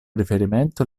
riferimento